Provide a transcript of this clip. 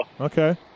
okay